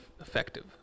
effective